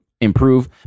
improve